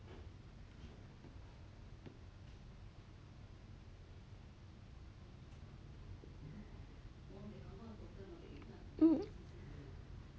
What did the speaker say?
hmm